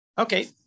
okay